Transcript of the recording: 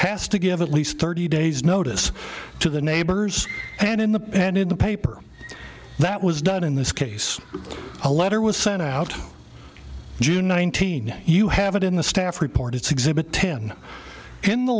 has to give at least thirty days notice to the neighbors and in the and in the paper that was done in this case a letter was sent out june nineteenth you have it in the staff report it's exhibit ten in the